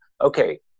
okay